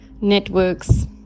networks